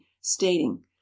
stating